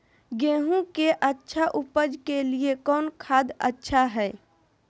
गेंहू के अच्छा ऊपज के लिए कौन खाद अच्छा हाय?